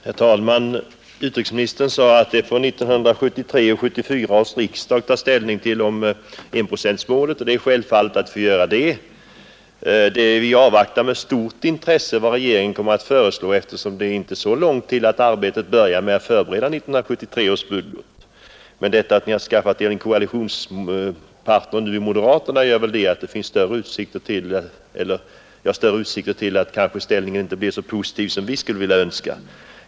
Herr talman! Utrikesministern sade att 1973 och 1974 års riksdagar får ta ställning till enprocentsmålet, och det är självklart. Vi avvaktar med stort intresse vad regeringen kommer att föreslå, eftersom det inte är så lång tid kvar innan arbetet med att förbereda 1973 års budget börjar. Att ni nu har skaffat er en koalitionspartner i moderaterna medför dock risk för att ställningstagandet inte blir så positivt som vi skulle önska.